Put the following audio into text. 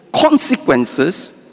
consequences